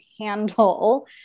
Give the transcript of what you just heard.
handle